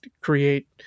create